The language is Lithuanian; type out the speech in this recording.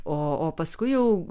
o o paskui jau